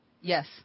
Yes